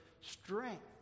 strength